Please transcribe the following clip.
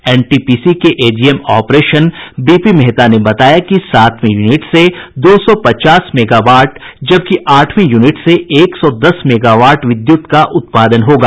NTPC के AGM operation B P Mehta ने बताया कि सातवें यूनिट से दो सौ पचास मेगावाट जबकि आठवें यूनिट से एक सौ दस मेगावाट विद्युत का उत्पादन होगा